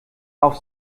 auf